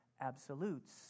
absolutes